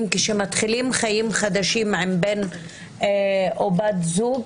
כשמתחילים חיים חדשים עם בן או בת זוג,